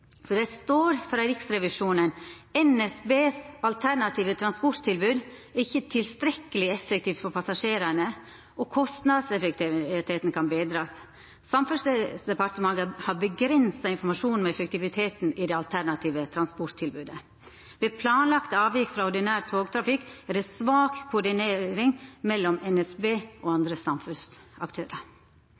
NSB. Det står frå Riksrevisjonen si side: «NSBs alternative transporttilbud er ikke tilstrekkelig effektivt for passasjerene, og kostnadseffektiviteten kan bedres. Samferdselsdepartementet har begrenset informasjon om effektiviteten i det alternative transporttilbudet. Ved planlagte avvik fra ordinær togtrafikk er det svak koordinering mellom NSB og andre